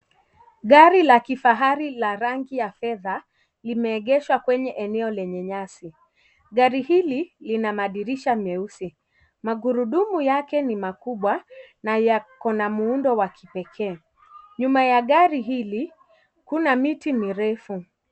Gari la kifahari la rangi ya fedha limeegeshwa kwenye eneo lenye nyasi. Gari hili inamadirisha meusi. Magurudumu yake ni makubwa, na yako na muundo wa kipekee. Nyuma ya gari hili kuna mitit mirefu.